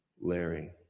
Larry